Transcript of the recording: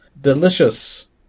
delicious